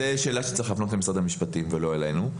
זאת שאלה שצריך להפנות למשרד המשפטים ולא אלינו.